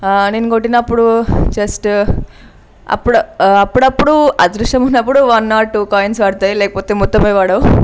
నేను కొట్టినప్పుడు జస్ట్ అప్పు అప్పుడప్పుడు అదృష్టం ఉన్నప్పుడు వన్ ఆర్ టూ కాయిన్స్ పడతాయి లేకపోతే మొత్తం పడవు